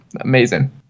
amazing